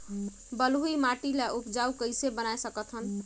बलुही माटी ल उपजाऊ कइसे बनाय सकत हन?